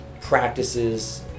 practices